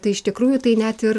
tai iš tikrųjų tai net ir